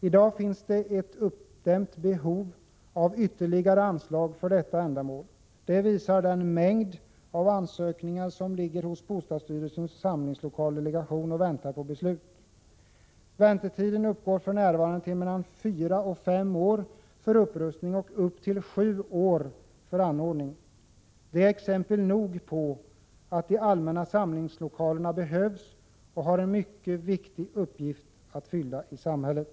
I dag finns det ett uppdämt behov av ytterligare anslag för detta ändamål. Det visar den mängd ansökningar som ligger hos bostadsstyrelsens samlingslokaldelegation i väntan på beslut. Väntetiden för upprustning uppgår för närvarande till mellan fyra och fem år, och för anordning är väntetiden upp till sju år. Det är exempel nog på att de allmänna samlingslokalerna behövs och att de har en mycket viktig uppgift att fylla i samhället.